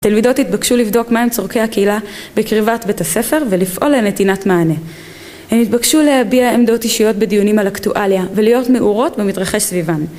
התלמידות התבקשו לבדוק מה הם צורכי הקהילה בקרבת בית הספר, ולפעול לנתינת מענה. הן התבקשו להביע עמדות אישיות בדיונים על אקטואליה ולהיות מעורות במתרחש סביבן.